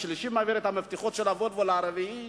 השלישי מעביר את המפתחות של ה"וולבו" לרביעי,